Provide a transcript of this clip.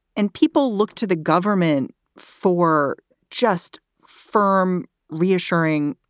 and people look to the government for just firm, reassuring,